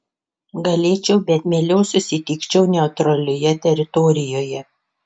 galėčiau bet mieliau susitikčiau neutralioje teritorijoje